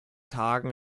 tagen